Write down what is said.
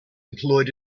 employed